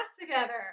together